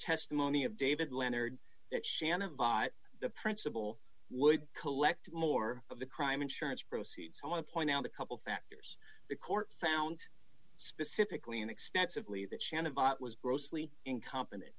estimony of david leonard that shannon by the principle would collect more of the crime insurance proceeds i want to point out a couple factors the court found specifically in extensively that shannon pot was grossly incompetent